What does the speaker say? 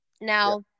now